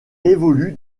évolue